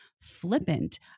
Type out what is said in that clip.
flippant